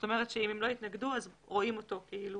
זאת אומרת, אם הם לא יתנגדו, רואים אותו כאילו